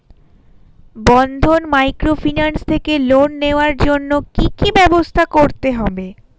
বন্ধন microfinance থেকে loan নেওয়ার জন্য কি কি ব্যবস্থা করতে হবে?